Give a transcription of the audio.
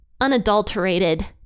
unadulterated